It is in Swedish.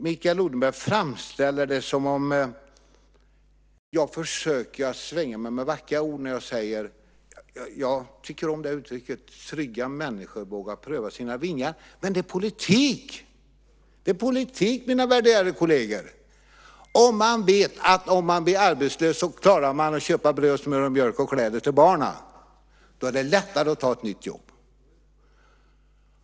Mikael Odenberg framställer det som att jag försöker att svänga mig med vackra ord, men jag tycker om uttrycket "Trygga människor vågar pröva sina vingar". Det är politik, mina värderade kolleger. Man vet att om man blir arbetslös klarar man att köpa bröd, smör och mjölk och kläder till barnen. Då är det lättare att ta ett nytt jobb.